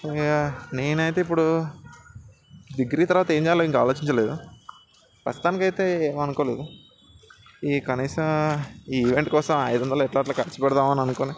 ఇహ నేనైతే ఇప్పుడు డిగ్రీ తర్వాత ఏం చెయ్యాలో ఇంకా ఆలోచించలేదు ప్రస్తుతానికైతే ఏం అనుకోలేదు ఈ కనీసం ఈ ఈవెంట్ కోసం అయిదు వందలు ఎట్లోట్లా ఖర్చు పెడదాం అని అనుకుని